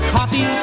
Coffee